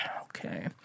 okay